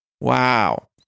wow